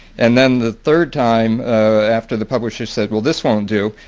and then the third time after the publisher said, well this won't do,